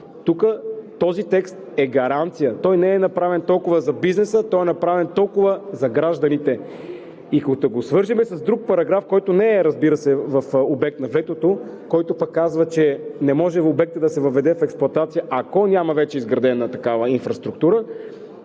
тук този текст е гаранция. Той не е направен толкова за бизнеса, той е направен за гражданите. И като го свържем с друг параграф, който не е, разбира се, обект на ветото, който казва, че не може обектът да се въведе в експлоатация, ако няма вече изградена такава инфраструктура